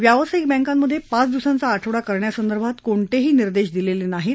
व्यासायिक बँकांमध्व वि दिवसांचा आठवडा करण्यासंदर्भात कोणतही निर्देश दिलस्तिजाहीत